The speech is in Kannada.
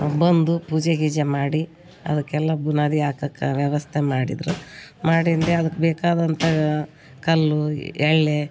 ಬಂದು ಪೂಜೆ ಗೀಜೆ ಮಾಡಿ ಅದಕ್ಕೆಲ್ಲ ಬುನಾದಿ ಹಾಕಕ್ಕ ವ್ಯವಸ್ಥೆ ಮಾಡಿದ್ದರು ಮಾಡಿಂದೆ ಅದಕ್ಕೆ ಬೇಕಾದಂಥ ಕಲ್ಲು ಎಳ್ಳೆ